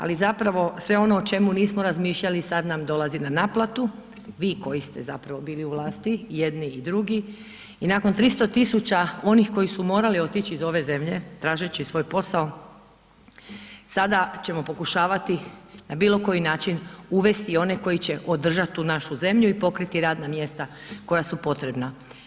Ali zapravo sve ono o čemu nismo razmišljali sad nam dolazi na naplatu, vi koji ste zapravo bili u vlasti jedni i drugi i nakon 300.000 onih koji su morali otići iz ove zemlje tražeći svoj posao sada ćemo pokušavati na bilo koji način uvesti one koji će održati tu našu zemlju i pokriti radna mjesta koja su potrebna.